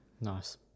nice